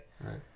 right